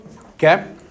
Okay